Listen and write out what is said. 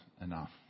enough